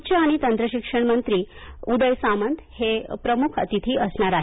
उच्च आणि तंत्र शिक्षण मंत्री उदय सामंत हे प्रमुख अतिथी असणार आहेत